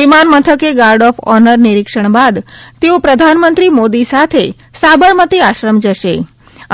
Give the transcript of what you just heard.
વિમાનમથકે guard of honour નિરીક્ષણ બાદ તેઓ પ્રધાનમંત્રી મોદી સાથે સાબરમતિ આશ્રમ જશે